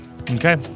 okay